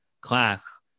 class